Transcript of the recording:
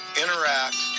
interact